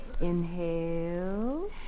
Inhale